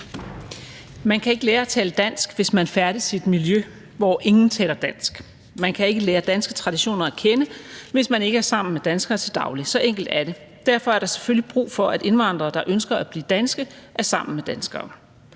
Man kan ikke lære at tale dansk, hvis man færdes i et miljø, hvor ingen taler dansk. Man kan ikke lære danske traditioner at kende, hvis man ikke er sammen med danskere til daglig. Så enkelt er det. Derfor er der selvfølgelig brug for, at indvandrere, der ønsker at blive danske, er sammen med danskere.